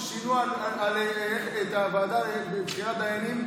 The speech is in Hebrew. כששינו את הוועדה לבחירת דיינים,